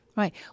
Right